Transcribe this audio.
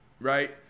right